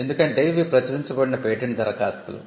ఎందుకంటే ఇవి ప్రచురించబడిన పేటెంట్ దరఖాస్తులు